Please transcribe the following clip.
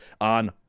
on